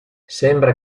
sembra